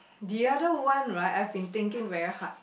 the other one right I've been thinking very hard